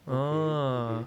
okay okay